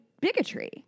bigotry